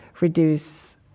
reduce